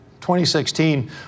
2016